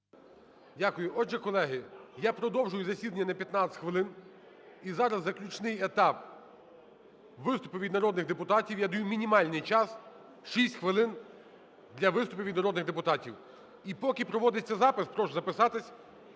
Дякую. Отже, колеги, я продовжую засідання на 15 хвилин. І зараз заключний етап – виступи від народних депутатів. Я даю мінімальний час – 6 хвилин для виступів від народних депутатів. І поки проводиться запис, прошу записатись,